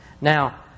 Now